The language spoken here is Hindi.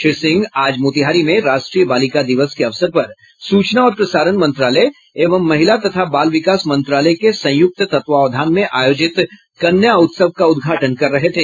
श्री सिंह आज मोतिहारी में राष्ट्रीय बालिका दिवस के अवसर पर सूचना और प्रसारण मंत्रालय एवं महिला तथा बाल विकास मंत्रालय के संयुक्त तत्वावधान में आयोजित कन्या उत्सव का उद्घाटन कर रहे थे